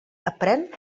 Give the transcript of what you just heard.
aprén